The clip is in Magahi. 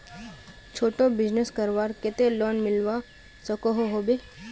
छोटो बिजनेस करवार केते लोन मिलवा सकोहो होबे?